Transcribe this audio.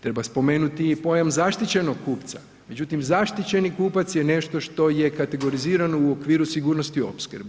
Treba spomenuti i pojam zaštićenog kupca međutim zaštićeni kupac je nešto što je kategorizirano u okviru sigurnosti opskrbe.